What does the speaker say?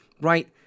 right